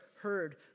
Heard